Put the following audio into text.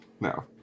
No